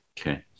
Okay